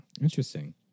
Interesting